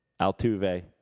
Altuve